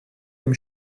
dem